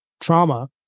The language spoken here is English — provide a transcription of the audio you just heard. trauma